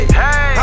hey